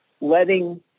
letting